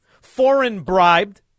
foreign-bribed